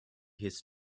his